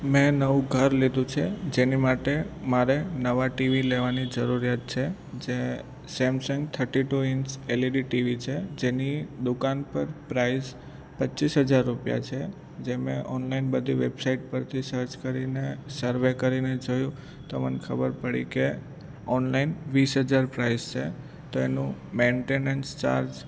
મેં નવું ઘર લીધું છે જેની માટે મારે નવા ટીવી લેવાની જરૂરિયાત છે જે Samsung thirty two inch L E D TV છે જેની દુકાન પર પ્રાઇઝ પચીસ હજાર રૂપિયા છે જે મેં ઓનલાઈન બધી વેબસાઇટ પરથી સર્ચ કરીને સર્વે કરીને જોયું તો મને ખબર પડી કે ઓનલાઈન વીસ હજાર પ્રાઇઝ છે તો એનું મેન્ટેનસ ચાર્જ